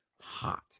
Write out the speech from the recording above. Hot